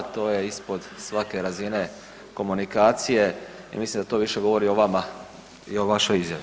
To je ispod svake razine komunikacije i mislim da to više govori o vama i o vašoj izjavi.